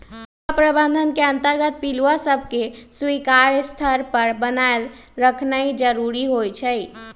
पिलुआ प्रबंधन के अंतर्गत पिलुआ सभके स्वीकार्य स्तर पर बनाएल रखनाइ जरूरी होइ छइ